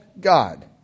God